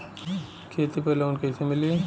खेती पर लोन कईसे मिली?